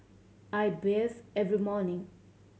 I bathe every morning